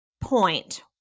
point